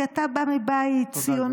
כי אתה בא מבית ציוני,